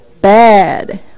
Bad